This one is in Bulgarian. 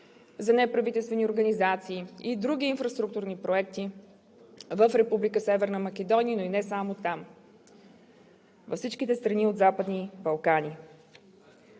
за неправителствени организации и други инфраструктурни проекти в Република Северна Македония, а и не само там – за всички страни от Западните Балкани.